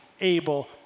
Abel